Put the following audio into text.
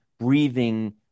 breathing